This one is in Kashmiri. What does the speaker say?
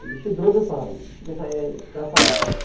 یہِ چھُ درٛۅگٕے پَہَم یہِ چھِ گژھان یِہَے ترٛےٚ ساس کھنٛڈ